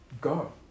go